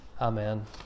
Amen